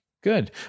Good